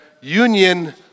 union